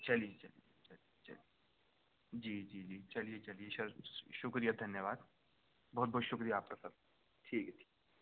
چلیے چلیے چلیے چلیے جی جی جی چلیے چلیے سر شکریہ دھنیہ واد بہت بہت شکریہ آپ کا سر ٹھیک ہے ٹھیک ہے